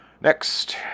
Next